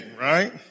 right